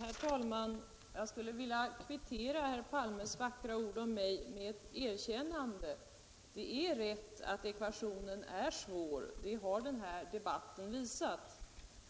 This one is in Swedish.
Herr talman! Jag skulle vilja kvittera herr Palmes vackra ord om mig med ett erkännande: Det är rätt att ekvationen är svår — det har den här debatten visat.